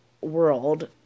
world